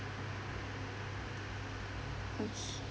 okay